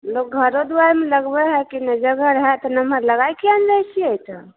लोग घरो दुआरिमे लगबै हइ की नहि जगह रहए तऽ नमहर लगाई किए नहि लै छियै तऽ